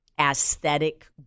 aesthetic